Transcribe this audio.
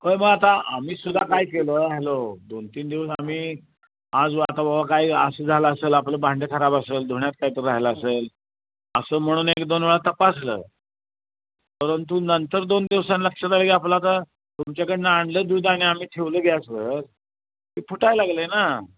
होय मग आता आम्ही सुद्धा काय केलं आहे हॅलो दोन तीन दिवस आम्ही आज आता बबा काही असं झालं असेल आपलं भांडं खराब असेल धुण्यात काय तरी राहिलं असेल असं म्हणून एक दोन वेळा तपासलं परंतु नंतर दोन दिवसांनी लक्षात आलं की आपलं आता तुमच्याकडून आणलं दूध आणि आम्ही ठेवलं गॅसवर ते फुटाय लागलं आहे ना